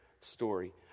story